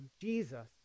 Jesus